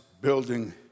building